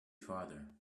farther